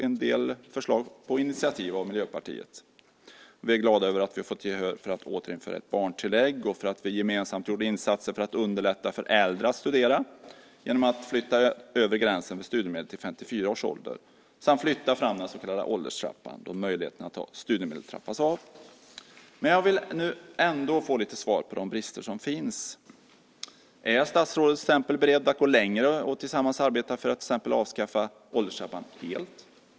En del förslag har varit på initiativ av Miljöpartiet. Vi är glada för att vi har fått gehör för att återinföra ett barntillägg, för att vi gemensamt gjorde insatser för att underlätta för äldre att studera genom att flytta övre gränsen för studiemedel till 54 års ålder och för att vi flyttat fram den så kallade ålderstrappan då möjligheterna att ta studiemedel trappas av. Jag vill ändå få svar på frågorna om de brister som finns. Är statsrådet beredd att gå längre och tillsammans med oss arbeta för att till exempel avskaffa ålderstrappan helt?